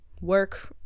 work